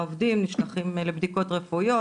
העובדים נשלחים לבדיקות רפואיות,